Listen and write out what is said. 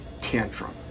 tantrum